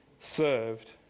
served